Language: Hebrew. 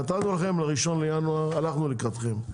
נתנו לכם ל- 1 לינואר הלכנו לקראתכם,